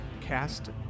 cast